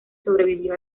sobrevivió